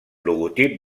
logotip